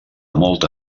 molta